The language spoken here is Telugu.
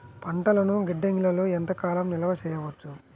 పంటలను గిడ్డంగిలలో ఎంత కాలం నిలవ చెయ్యవచ్చు?